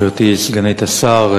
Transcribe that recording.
גברתי סגנית השר,